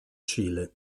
cile